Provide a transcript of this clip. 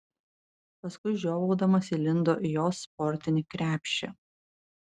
paskui žiovaudamas įlindo į jos sportinį krepšį